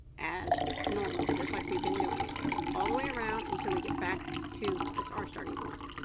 as normal just like we've been doing it all the way around until we get back to this our starting point